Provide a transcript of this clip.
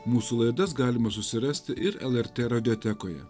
mūsų laidas galima susirasti ir lrt radiotekoje